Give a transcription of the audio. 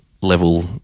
level